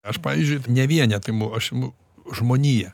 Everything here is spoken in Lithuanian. aš pavyzdžiui ne vienetą imu aš imu žmoniją